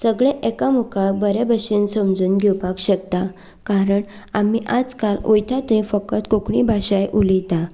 सगले एकामुखार बरे भशेन समजून घेवपाक शकता कारण आमी आज काल वयता थंय फकत कोंकणी भाशा उलयता